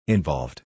Involved